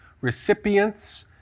recipients